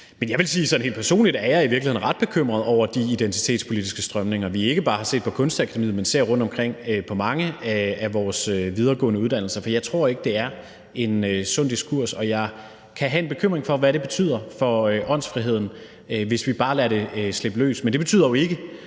Men jeg vil sige, at sådan helt personligt er jeg i virkeligheden ret bekymret over de identitetspolitiske strømninger, vi ikke bare har set på Kunstakademiet, men ser rundtomkring på mange af vores videregående uddannelser. Jeg tror ikke, det er en sund diskurs, og jeg kan have en bekymring for, hvad det betyder for åndsfriheden, hvis vi bare lader dem slippe løs. Men det betyder jo ikke,